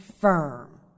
firm